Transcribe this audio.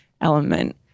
element